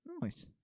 Nice